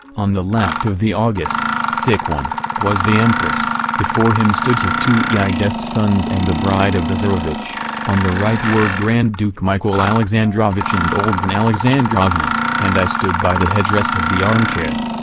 on the left of the august so was the empress before him stood his two yeah eidest sons and the bride of the tsarevich on the right were grand duke michael alexandrovich and olga alexandrovna and i stood by the headrest of the armchair.